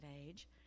age